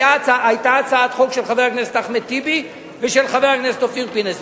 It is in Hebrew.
כשהיתה הצעת חוק של חבר הכנסת אחמד טיבי ושל חבר הכנסת אופיר פינס,